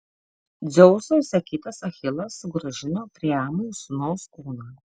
dzeuso įsakytas achilas sugrąžino priamui sūnaus kūną